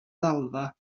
ddalfa